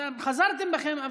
אתם חזרתם בכם,